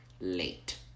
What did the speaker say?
Late